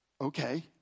Okay